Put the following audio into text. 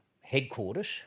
headquarters